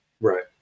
Right